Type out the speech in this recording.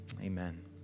Amen